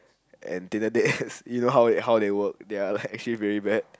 and Tinder dates you know how they how they works they are actually very bad